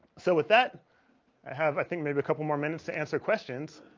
so with that i have i think maybe a couple more minutes to answer questions,